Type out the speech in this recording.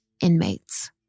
inmates